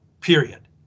period